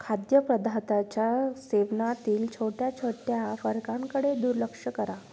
खाद्यपदार्थाच्या सेवनातील छोट्या छोट्या फरकांकडे दुर्लक्ष करा